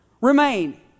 Remain